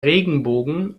regenbogen